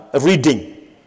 reading